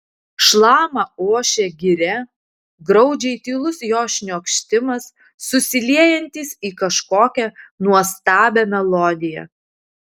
šlama ošia giria graudžiai tylus jos šniokštimas susiliejantis į kažkokią nuostabią melodiją